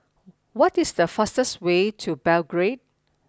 what is the fastest way to Belgrade